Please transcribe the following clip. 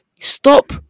Stop